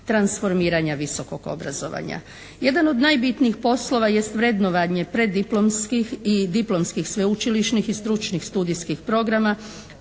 transformiranja visokog obrazovanja. Jedan od najbitnijih poslova jest vrednovanje preddiplomskih i diplomskih sveučilišnih i stručnih studijskih programa,